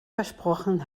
versprochen